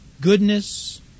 goodness